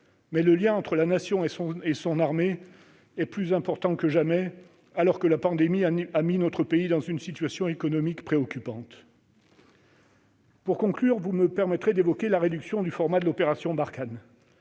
mais le lien entre la Nation et son armée est plus important que jamais, alors que la pandémie a mis notre pays dans une situation économique préoccupante. Pour conclure, je souhaite évoquer la réduction du format de l'opération Barkhane.